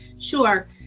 Sure